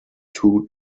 two